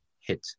hit